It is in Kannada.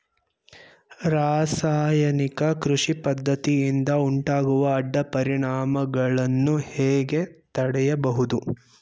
ರಾಸಾಯನಿಕ ಕೃಷಿ ಪದ್ದತಿಯಿಂದ ಉಂಟಾಗುವ ಅಡ್ಡ ಪರಿಣಾಮಗಳನ್ನು ಹೇಗೆ ತಡೆಯಬಹುದು?